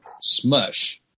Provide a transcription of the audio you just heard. smush